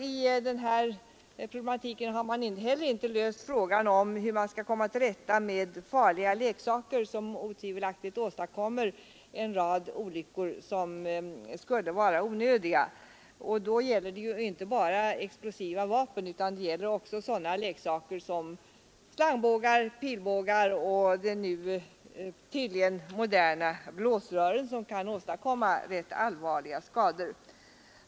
I den här problematiken har man heller inte löst frågan om hur man skall komma till rätta med farliga leksaker, som otvivelaktigt åstadkommer en rad onödiga olyckor. Det är inte bara explosiva vapen utan också sådana leksaker som slangbågar, pilbågar och de nu tydligen moderna blåsrören som kan åstadkomma rätt allvarliga skador.